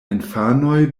infanoj